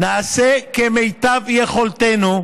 נעשה כמיטב יכולתנו.